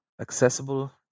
accessible